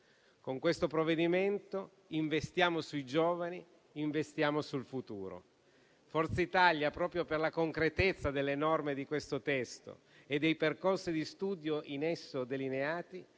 Con il provvedimento in esame investiamo sui giovani, investiamo sul futuro. Forza Italia, proprio per la concretezza delle norme di questo testo e dei percorsi di studio in esso delineati,